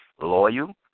loyal